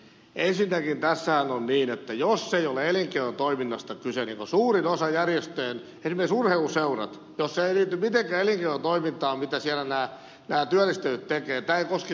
ensinnäkin tässähän on niin että jos niin kuin suurimmassa osassa järjestöistä esimerkiksi urheiluseuroissa se ei liity mitenkään elinkeinotoimintaan mitä siellä nämä työllistetyt tekevät niin tämä ei koske sitä mitenkään